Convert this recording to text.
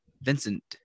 Vincent